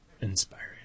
inspiring